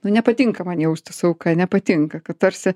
nu nepatinka man jaustis auka nepatinka kad tarsi